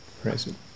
present